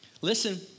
Listen